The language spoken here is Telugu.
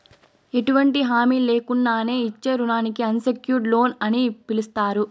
ఎటువంటి హామీ లేకున్నానే ఇచ్చే రుణానికి అన్సెక్యూర్డ్ లోన్ అని పిలస్తారు